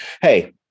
hey